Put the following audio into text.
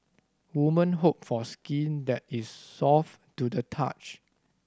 women hope for skin that is soft to the touch